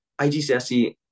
IGCSE